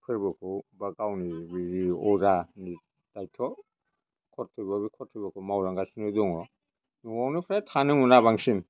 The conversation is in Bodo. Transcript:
फोर्बोखौ बा गावनि बि अजानि दायथ' कर्त्यब बे कर्त्यब'खौ मावलांगासिनो दङ न'आवनो फ्राय थानो मोना बांसिन